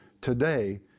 today